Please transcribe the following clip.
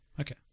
Okay